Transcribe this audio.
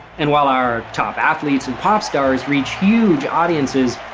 and while our top athletes and pop stars reach huge audiences,